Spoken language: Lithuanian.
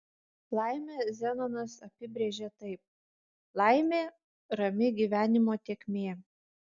laimę zenonas apibrėžė taip laimė rami gyvenimo tėkmė